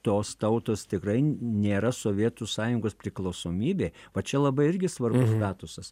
tos tautos tikrai nėra sovietų sąjungos priklausomybė va čia labai irgi svarbus statusas